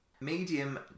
Medium